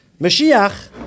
Mashiach